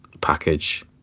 package